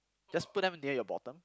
just put them near your bottom